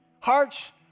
hearts